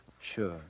Sure